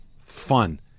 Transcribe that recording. fun